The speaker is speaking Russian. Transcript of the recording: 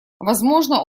возможно